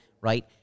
right